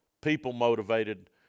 People-motivated